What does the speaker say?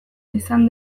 izan